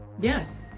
Yes